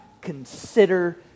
Consider